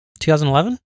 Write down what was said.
2011